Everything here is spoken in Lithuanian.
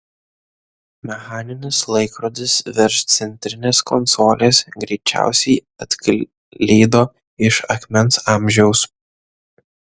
mechaninis laikrodis virš centrinės konsolės greičiausiai atklydo iš akmens amžiaus